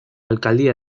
alcaldía